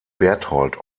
berthold